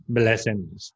blessings